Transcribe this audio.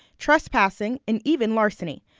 trespassing, and even larceny.